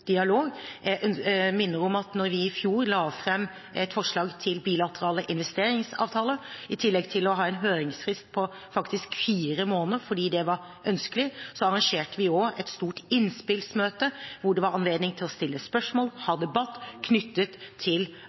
dialog. Jeg minner om at vi, da vi i fjor la fram et forslag til bilaterale investeringsavtaler, i tillegg til å ha en høringsfrist på faktisk fire måneder fordi det var ønskelig, også arrangerte et stort innspillsmøte hvor det var anledning til å stille spørsmål, ha debatt knyttet til